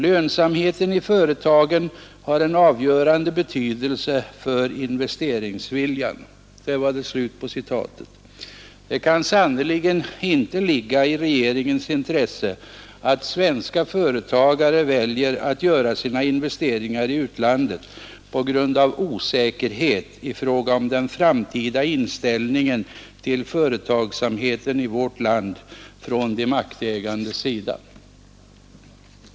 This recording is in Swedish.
Lönsamheten i företagen har en avgörande betydelse för investeringsviljan.” Det kan sannerligen inte ligga i regeringens intresse att svenska företagare väljer att göra sina investeringar i utlandet på grund av osäkerhet i fråga om den framtida inställningen till företagsamheten i vårt land från de maktägandes sida.